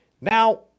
Now